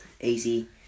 Easy